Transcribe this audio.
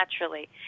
naturally